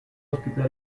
ospita